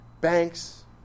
banks